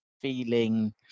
feeling